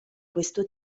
questo